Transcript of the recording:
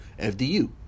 FDU